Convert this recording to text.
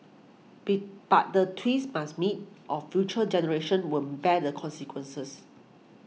be but the twins must meet or future generations will bear the consequences